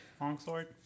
longsword